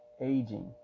aging